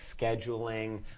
scheduling